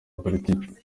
politiki